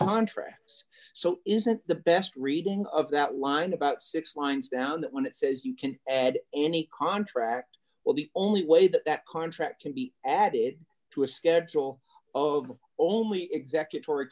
contracts so isn't the best reading of that line about six lines down when it says you can add any contract well the only way that that contract can be added to a schedule of only execut